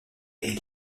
est